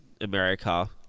America